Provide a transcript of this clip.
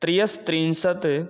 त्रयस्त्रिंशत्